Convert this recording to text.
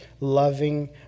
loving